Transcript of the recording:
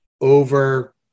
over